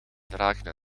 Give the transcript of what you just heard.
draken